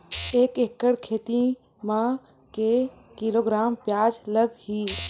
एक एकड़ खेती म के किलोग्राम प्याज लग ही?